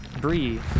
Bree